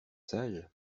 sage